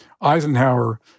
Eisenhower